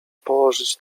położyć